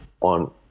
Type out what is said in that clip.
on